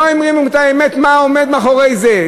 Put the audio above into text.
לא אומרים את האמת, מה עומד מאחורי זה.